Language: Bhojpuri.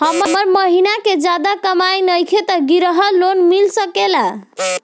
हमर महीना के ज्यादा कमाई नईखे त ग्रिहऽ लोन मिल सकेला?